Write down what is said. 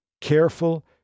Careful